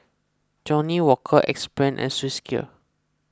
Johnnie Walker Axe Brand and Swissgear